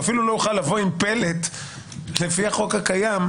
הוא אפילו לא יוכל לבוא עם פלט לפי החוק הקיים,